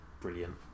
brilliant